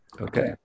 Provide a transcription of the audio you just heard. Okay